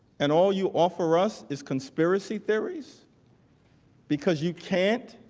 and all you all for us is conspiracy theories because you can't